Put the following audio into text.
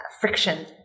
friction